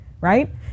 right